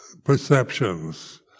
perceptions